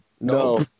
no